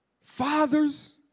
Fathers